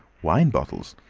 wine bottles,